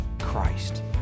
Christ